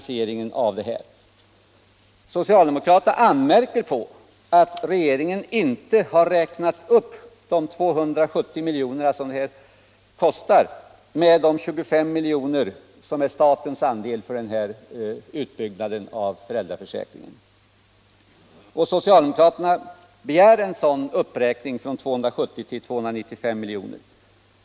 Socialdemokraterna anmärker på att regeringen inte har räknat upp de 270 miljonerna med 25 milj.kr., som är statens andel av kostnaderna för utbyggnaden av föräldraförsäkringen. Socialdemokraterna begär en uppräkning från 270 till 295 milj.kr.